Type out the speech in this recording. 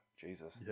jesus